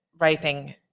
raping